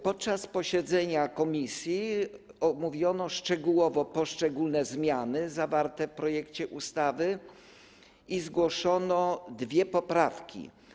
Podczas posiedzenia komisji omówiono szczegółowo poszczególne zmiany zawarte w projekcie ustawy i zgłoszono dwie poprawki.